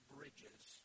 Bridges